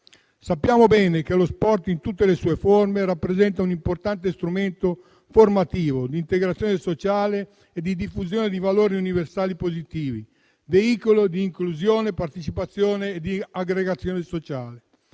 Sappiamo bene che lo sport in tutte le sue forme rappresenta un importante strumento formativo, di integrazione sociale e di diffusione di valori universali positivi, e un veicolo di inclusione, partecipazione e aggregazione sociale.